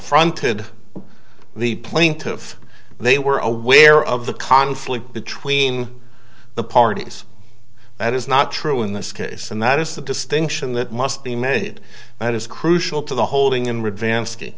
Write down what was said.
confronted the plaintiff they were aware of the conflict between the parties that is not true in this case and that is the distinction that must be made that is crucial to the holding in reva